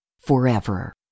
forever